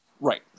Right